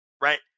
right